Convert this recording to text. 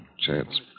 chance